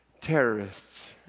terrorists